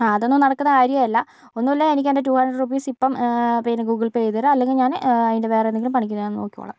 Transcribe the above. അതൊന്നും നടക്കുന്ന കാര്യമല്ല ഒന്നുകിൽ എനിക്ക് എൻ്റെ ടു ഹൺഡ്രഡ് റുപ്പീസ് ഇപ്പൊ പിന്നെ ഗൂഗിൾ പേ ചെയ്തു തരുക അല്ലെങ്കിൽ ഞാൻ അതിൻ്റെ വേറെന്തെങ്കിലും പണിക്ക് ഞാൻ നോക്കി കൊള്ളാം